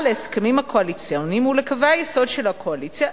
להסכמים הקואליציוניים ולקווי היסוד של הקואליציה,